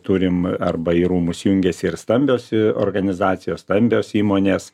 turim arba į rūmus jungiasi ir stambios organizacijos stambios įmonės